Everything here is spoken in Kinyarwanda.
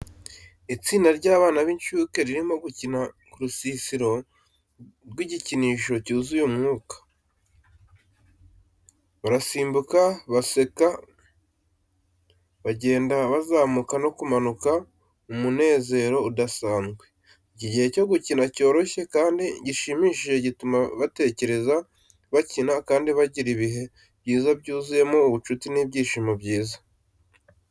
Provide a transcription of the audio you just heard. Itsinda ry’abana b’incuke ririmo gukina ku rusisiro rw’igikinisho cyuzuye umwuka. Barasimbuka, baseka, bagenda bazamuka no kumanuka mu munezero udasanzwe. Icyo gihe cyo gukina cyoroshye kandi gishimishije gituma batekereza, bakina, kandi bagira ibihe byiza byuzuyemo ubucuti n’ibyishimo byiza.